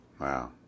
Wow